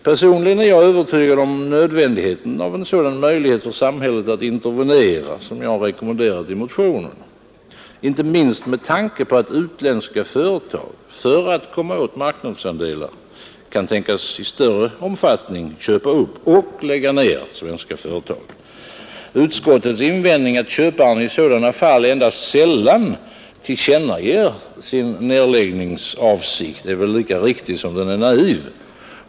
Personligen är jag övertygad om nödvändigheten av en sådan möjlighet för samhället att intervenera som jag rekommenderat i motionen, inte minst med tanke på att utländska företag för att komma åt marknadsandelar kan tänkas i större omfattning köpa upp och lägga ned svenska företag. Utskottets invänd ning att köparen i sådana fall endast sällan tillkännager sin nedläggningsavsikt är väl lika riktig som naiv.